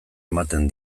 ematen